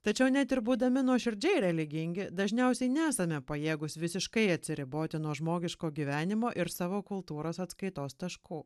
tačiau net ir būdami nuoširdžiai religingi dažniausiai nesame pajėgūs visiškai atsiriboti nuo žmogiško gyvenimo ir savo kultūros atskaitos taškų